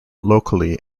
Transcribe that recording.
locally